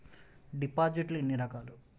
డిపాజిట్లు ఎన్ని రకాలు?